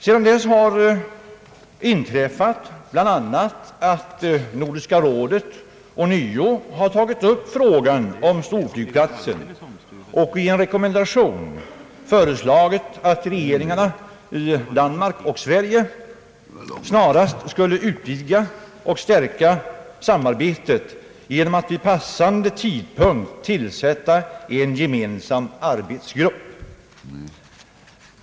Sedan dess har inträffat bl.a. att Nordiska rådet ånyo har tagit upp frågan om storflygplatsen och i en rekommendation föreslagit, att regeringarna i Danmark och Sverige snarast skall utvidga och stärka samarbetet genom att vid passande tidpunkt tillsätta en gemensam arbetsgrupp.